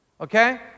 Okay